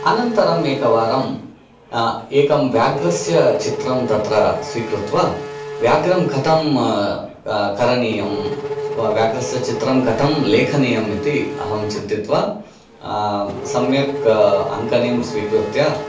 अनन्तरम् एकवारम् एकं व्याघ्रस्य चित्रं तत्र स्वीकृत्य व्याघ्रं कथं करणीयं व्याघ्रस्य चित्रं कथं लेखनीयम् इति अहं चिन्तयित्वा सम्यक् अङ्कनीं स्वीकृत्य